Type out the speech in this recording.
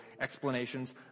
Explanations